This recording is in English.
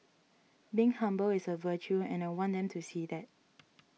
being humble is a virtue and I want them to see that